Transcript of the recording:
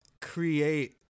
create